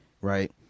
right